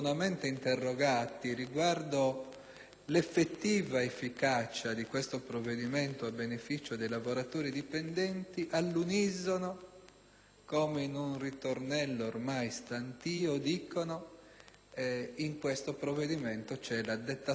all'effettiva efficacia di questo provvedimento a beneficio dei lavoratori dipendenti, all'unisono, come in un ritornello ormai stantio, dicono che in questo provvedimento c'è la detassazione degli straordinari.